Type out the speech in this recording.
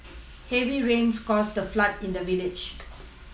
heavy rains caused a flood in the village